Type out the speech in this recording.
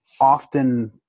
often